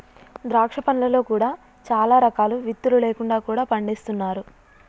ద్రాక్ష పండ్లలో కూడా చాలా రకాలు విత్తులు లేకుండా కూడా పండిస్తున్నారు